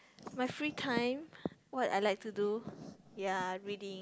my free time what I like to do ya reading